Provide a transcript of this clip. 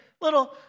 little